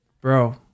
Bro